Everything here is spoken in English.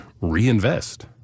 reinvest